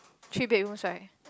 three bedrooms right